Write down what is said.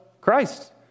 Christ